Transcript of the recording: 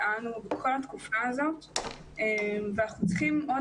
פעלנו בכל התקופה הזאת ואנחנו צריכים עוד